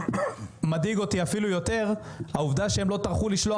יותר מדאיגה אותי העובדה שהם לא טרחו לשלוח